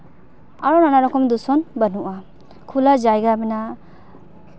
ᱟᱨᱚ ᱱᱟᱱᱟ ᱨᱚᱠᱚᱢ ᱫᱷᱩᱥᱚᱱ ᱵᱟᱹᱱᱩᱜᱼᱟ ᱠᱷᱳᱞᱟ ᱡᱟᱭᱜᱟ ᱢᱮᱱᱟᱜᱼᱟ